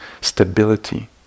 stability